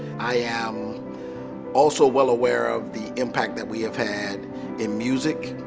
i am also well aware of the impact that we have had in music,